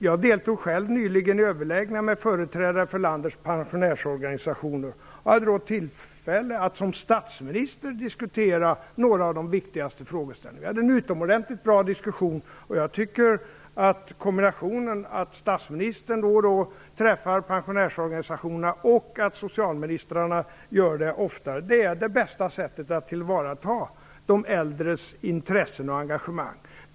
Jag deltog själv nyligen i överläggningar med företrädare för landets pensionärsorganisationer och hade då tillfälle att som statsminister diskutera några av de viktigaste frågeställningarna. Vi hade en utomordentligt bra diskussion. Jag tycker att det bästa sättet att tillvarata de äldres intressen och engagemang är en kombination av att statsministern då och då träffar pensionärsorganisationerna och att socialministrarna oftare gör det.